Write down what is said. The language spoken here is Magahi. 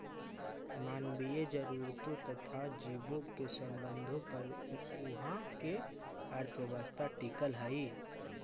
मानवीय जरूरतों तथा जीवों के संबंधों पर उहाँ के अर्थव्यवस्था टिकल हई